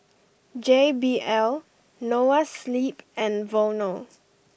J B L Noa Sleep and Vono